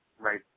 Right